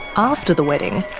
after the wedding,